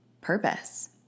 purpose